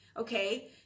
Okay